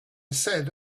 said